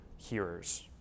hearers